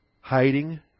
Hiding